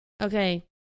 Okay